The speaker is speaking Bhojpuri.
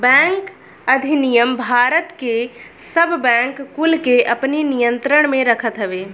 बैंक अधिनियम भारत के सब बैंक कुल के अपनी नियंत्रण में रखत हवे